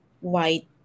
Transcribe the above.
white